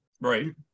right